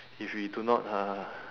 if we do not uh